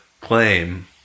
claim